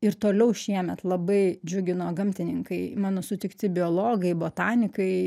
ir toliau šiemet labai džiugino gamtininkai mano sutikti biologai botanikai